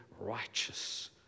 righteous